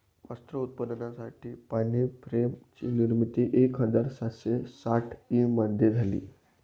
वस्त्र उत्पादनासाठी पाणी फ्रेम ची निर्मिती एक हजार सातशे साठ ई मध्ये झाली